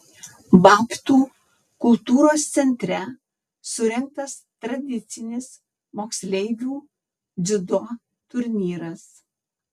babtų kultūros centre surengtas tradicinis moksleivių dziudo turnyras